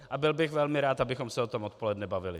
A byl bych velmi rád, abychom se o tom odpoledne bavili.